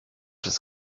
des